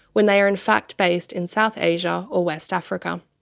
when they are in fact based in south asia or west africa.